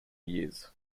years